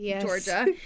Georgia